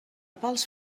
pels